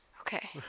Okay